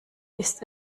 ist